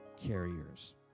Carriers